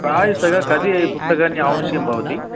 प्रायसः कति पुस्तकानि आवश्यकं भवति